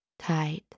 Tight